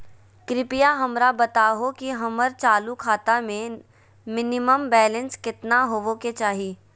कृपया हमरा बताहो कि हमर चालू खाता मे मिनिमम बैलेंस केतना होबे के चाही